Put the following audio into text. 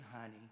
honey